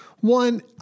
One